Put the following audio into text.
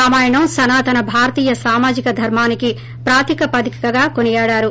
రామాయణం సనాతన భారతీయ సామాజిక ధర్మానికి ప్రాతిపదిక అని కొనియాడారు